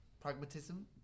pragmatism